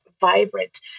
vibrant